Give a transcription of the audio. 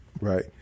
right